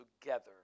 together